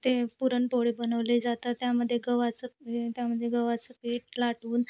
ते पुरणपोळी बनवले जातात त्यामध्ये गव्हाचं हे त्यामध्ये गव्हाचं पीठ लाटून